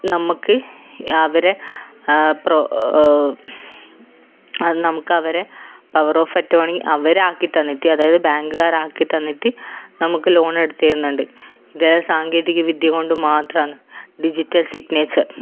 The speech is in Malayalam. നമുക്ക് അവരെ പ്രോ അതു നമുക്കവരെ പവർ ഓഫ് അറ്റോണി അവരാക്കി തന്നിട്ട് അതായത് ബാങ്കുകാരാക്കി തന്നിട്ട് നമുക്ക് ലോണെടുത്തു തരുന്നുണ്ട് ഇതെല്ലാം സാങ്കേതികവിദ്യ കൊണ്ട് മാത്രമാന്ന് ഡിജിറ്റൽ സിഗ്നേച്ചർ